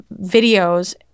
videos